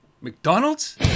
McDonald's